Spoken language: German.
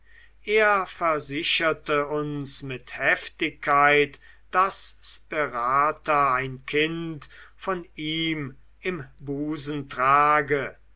er versicherte uns mit heftigkeit daß sperata ein kind von ihm im busen trage